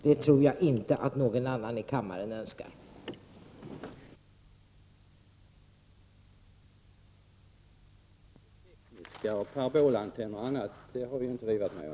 Jag tror inte att någon annan här i kammaren önskar det.